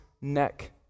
neck